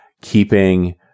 keeping